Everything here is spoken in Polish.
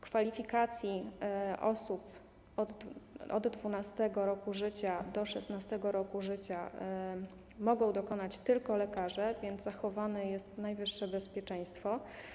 Kwalifikacji osób od 12. roku życia do 16. roku życia mogą dokonać tylko lekarze, więc zachowane jest najwyższe bezpieczeństwo.